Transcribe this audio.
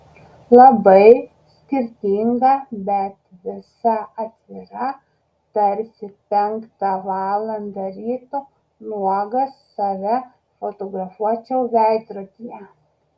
labai skirtinga bet visa atvira tarsi penktą valandą ryto nuogas save fotografuočiau veidrodyje